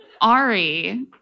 Ari